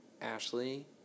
Ashley